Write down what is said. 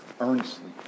earnestly